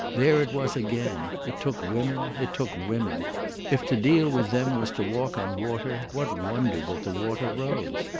there it was again it took women it took women if to deal with them was to walk on water what wonder that the water rose?